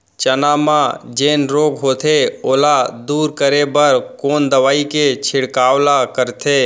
चना म जेन रोग होथे ओला दूर करे बर कोन दवई के छिड़काव ल करथे?